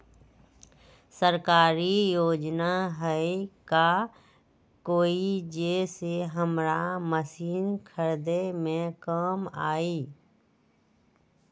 सरकारी योजना हई का कोइ जे से हमरा मशीन खरीदे में काम आई?